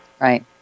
Right